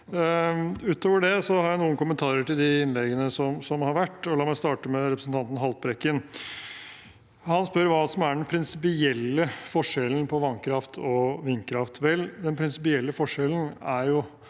jeg noen kommentarer til de innleggene som har vært, og la meg starte med representanten Haltbrekken. Han spør hva som er den prinsipielle forskjellen på vannkraft og vindkraft.